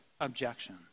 objection